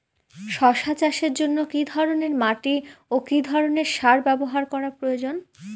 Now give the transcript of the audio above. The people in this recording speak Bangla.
শশা চাষের জন্য কি ধরণের মাটি ও কি ধরণের সার ব্যাবহার করা প্রয়োজন?